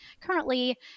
currently